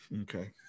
okay